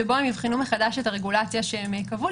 שבו הם יבחנו מחדש את הרגולציה שהם קבעו,